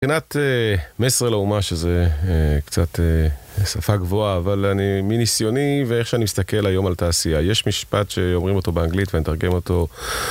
מבחינת מסר לאומה, שזה קצת שפה גבוהה, אבל אני מניסיוני, ואיך שאני מסתכל היום על התעשייה. יש משפט שאומרים אותו באנגלית ואני אתרגם אותו